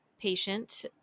patient